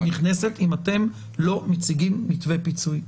נכנסת אם אתם לא מציגים מתווה פיצוי.